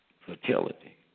fertility